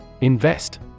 Invest